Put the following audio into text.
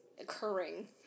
occurring